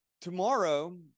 Tomorrow